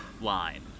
line